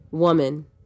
Woman